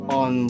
on